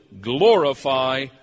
glorify